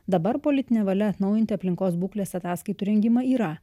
dabar politinė valia atnaujinti aplinkos būklės ataskaitų rengimą yra